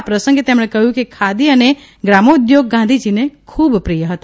આ પ્રસંગે તેમણે કહ્યું કે ખાદી અને ગ્રામોદ્યોગ ગાંધીજીને ખૂબ જ પ્રિથ હતા